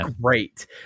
great